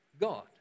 God